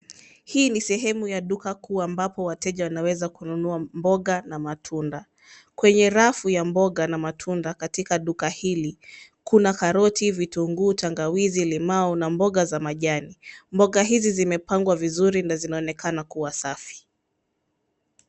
Hii ni sehemu ya duka kuu ambapo wateja wanaweza kununua mboga na matunda. Kwenye rafu ya mboga na matunda katika duka hili kuna karoti, vitunguu, tangawizi, limau na mboga za majani. Mboga hizi zimepangwa vizuri na zinaonekana kuwa safi.